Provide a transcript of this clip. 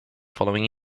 following